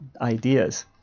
ideas